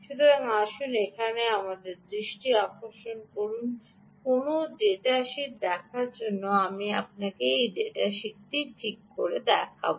সুতরাং আসুন এখন আমাদের দৃষ্টি আকর্ষণ করুন কোনও ডাটা শীটটি দেখার জন্য আমি আপনাকে এই ডেটা শীটটি দেখাব